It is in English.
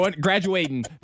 graduating